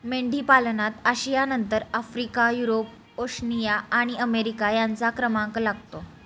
मेंढीपालनात आशियानंतर Africa, Europe, Oceania आणि अमेरिका यांचा क्रमांक लागतो